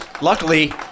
Luckily